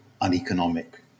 uneconomic